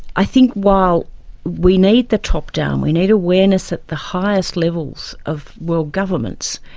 i think while we need the top-down, we need awareness at the highest levels of world governments,